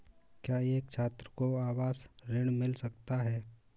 क्या एक छात्र को आवास ऋण मिल सकता है?